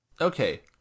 Okay